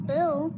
Bill